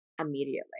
immediately